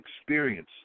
experience